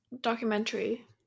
documentary